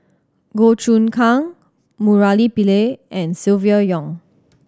Goh Choon Kang Murali Pillai and Silvia Yong